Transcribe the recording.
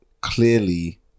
clearly